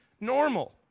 normal